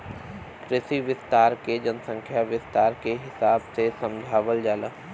कृषि विस्तार के जनसंख्या विस्तार के हिसाब से समझावल जाला